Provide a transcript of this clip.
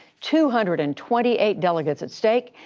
two hundred and twenty eight delegates at stake.